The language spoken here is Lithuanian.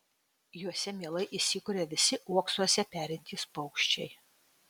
juose mielai įsikuria visi uoksuose perintys paukščiai